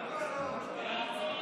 ההצעה